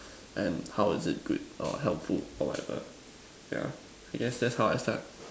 and how is it good or helpful or whatever yeah I guess that's how I start